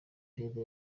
perezida